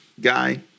guy